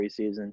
preseason